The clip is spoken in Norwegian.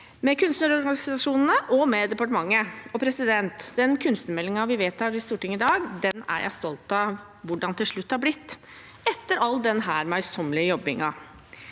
med kunstnerorganisasjonene og med departementet. Den kunstnermeldingen vi vedtar i Stortinget i dag, er jeg stolt av hvordan til slutt har blitt – etter all denne møysommelige jobbingen.